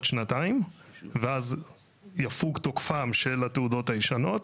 ואז יפוג תוקפן של התעודות הישנות.